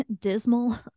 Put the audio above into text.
dismal